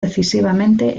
decisivamente